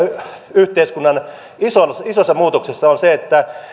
yhteiskunnan isossa muutoksessa on se että